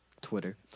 Twitter